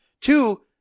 two